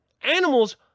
animals